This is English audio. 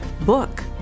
book